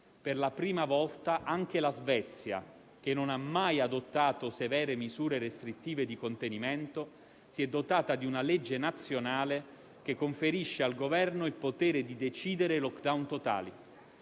per la prima volta anche la Svezia, che non ha mai adottato severe misure restrittive di contenimento, si è dotata di una legge nazionale che conferisce al Governo il potere di decidere *lockdown* totali.